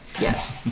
Yes